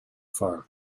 far